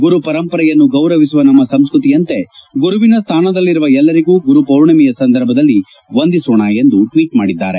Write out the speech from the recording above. ಗುರು ಪರಂಪರೆಯನ್ನು ಗೌರವಿಸುವ ನಮ್ಮ ಸಂಸ್ಕತಿಯಂತೆ ಗುರುವಿನ ಸ್ಥಾನದಲ್ಲಿರುವ ಎಲ್ಲರಿಗೂ ಗುರು ಪೂರ್ಣೆಮೆಯ ಸಂದರ್ಭದಲ್ಲಿ ವಂದಿಸೋಣ ಎಂದು ಟ್ನೀಟ್ ಮಾಡಿದ್ಲಾರೆ